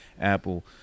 Apple